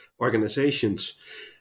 organizations